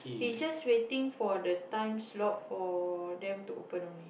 he's just waiting for the time slot for them to open only